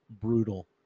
Brutal